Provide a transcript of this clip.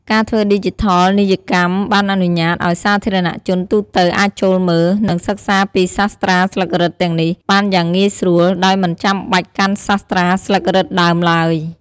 ការធ្វើឌីជីថលនីយកម្មបានអនុញ្ញាតឱ្យសាធារណជនទូទៅអាចចូលមើល និងសិក្សាពីសាស្រ្តាស្លឹករឹតទាំងនេះបានយ៉ាងងាយស្រួល ដោយមិនចាំបាច់កាន់សាស្រ្តាស្លឹករឹតដើមឡើយ។